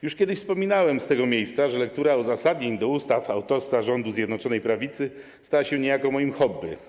Już kiedyś wspominałem z tego miejsca, że lektura uzasadnień do ustaw autorstwa rządu Zjednoczonej Prawicy stała się niejako moim hobby.